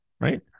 right